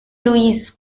louise